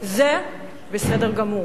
זה מה שהם אמרו.